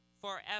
forever